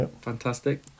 fantastic